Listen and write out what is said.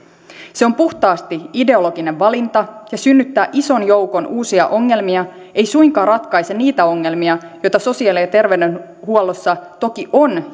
se on puhtaasti ideologinen valinta ja synnyttää ison joukon uusia ongelmia ei suinkaan ratkaise niitä ongelmia joita sosiaali ja terveydenhuollossa toki on